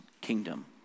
kingdom